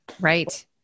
Right